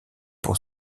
pour